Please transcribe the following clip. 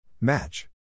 Match